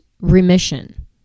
remission